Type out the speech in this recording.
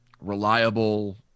reliable